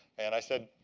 and i said,